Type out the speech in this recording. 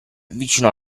vicino